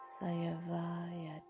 Sayavaya